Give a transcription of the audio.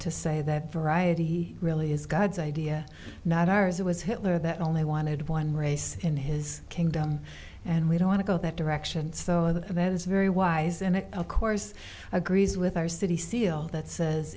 to say that variety really is god's idea not ours it was hitler that only wanted one race in his kingdom and we don't want to go that direction so that is very wise and it of course agrees with our city seal that says